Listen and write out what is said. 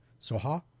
Soha